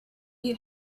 you